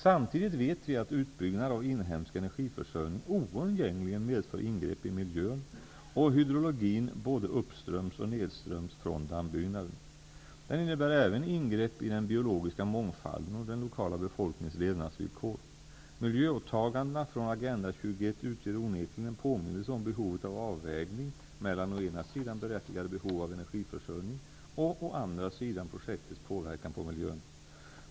Samtidigt vet vi att utbyggnad av inhemsk energiförsörjning oundgängligen medför ingrepp i miljön och hydrologin, såväl uppströms som nedströms från dammbyggnaden. Den innebär även ingrepp i den biologiska mångfalden och den lokala befolkningens levnadsvillkor. Miljöåtagandena från Agenda 21 utgör onekligen en påminnelse om behovet av avvägning mellan å ena sidan berättigade behov av energiförsörjning och å andra sidan projektets påverkan på miljön.